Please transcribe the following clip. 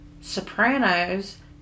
Sopranos